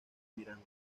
miranda